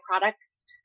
products